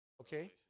Okay